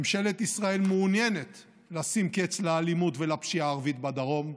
ממשלת ישראל מעוניינת לשים קץ לאלימות ולפשיעה הערבית בדרום,